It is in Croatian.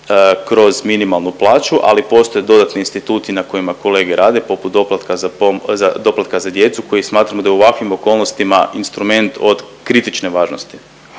kroz minimalnu plaću, ali postoje dodatni instituti na kojima kolege rade, poput doplatka za djecu koji smatramo da je u ovakvim okolnostima instrument od kritične važnosti.